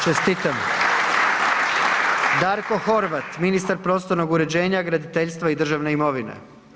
Čestitam. Darko Horvat, ministar prostornog uređenja, graditeljstva i državne imovine.